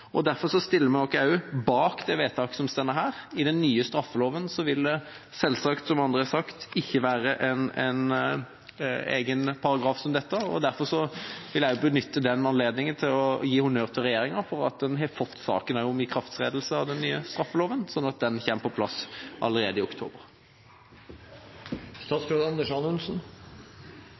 Derfor stiller vi oss bak det forslaget til vedtak som står i innstillinga. I den nye straffeloven vil det selvsagt, som andre har sagt, ikke være en egen paragraf som dette, og derfor vil jeg også benytte anledningen til å gi honnør til regjeringa for at en tok saken om ikrafttredelse av den nye straffeloven, sånn at den kommer på plass allerede i oktober.